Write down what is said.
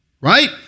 Right